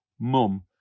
mum